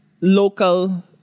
local